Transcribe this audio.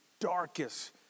darkest